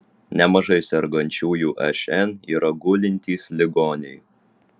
nemažai sergančiųjų šn yra gulintys ligoniai